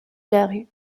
larue